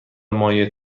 مایع